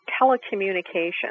telecommunications